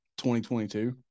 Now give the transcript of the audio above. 2022